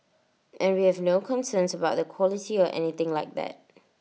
and we have no concerns about the quality or anything like that